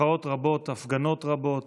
מחאות רבות, הפגנות רבות.